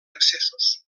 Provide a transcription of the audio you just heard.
accessos